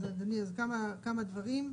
אז אדוני כמה דברים,